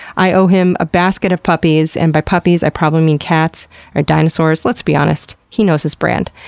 i owe him a basket of puppies, and by puppies i probably mean cats or dinosaurs. let's be honest, he knows his brand.